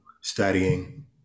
studying